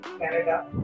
Canada